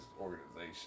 organization